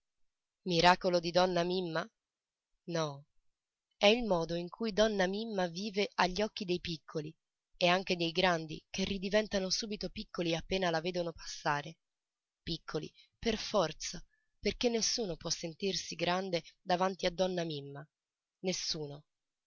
miracolo di donna mimma no è il mondo in cui donna mimma vive agli occhi dei piccoli e anche dei grandi che ridiventano subito piccoli appena la vedono passare piccoli per forza perché nessuno può sentirsi grande davanti a donna mimma nessuno